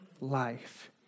life